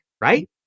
right